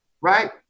right